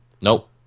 Nope